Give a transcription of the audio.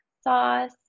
sauce